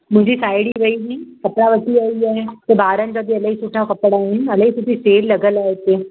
मुंहिंजी साहिड़ी वई हुई कपिड़ा वठी आई आहे त ॿारनि जा बि इलाही सुठा कपिड़ा आहिनि इलाही सुठी सेल लॻलि आहे हिते